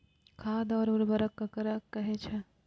खाद और उर्वरक ककरा कहे छः?